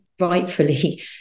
rightfully